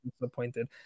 disappointed